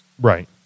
Right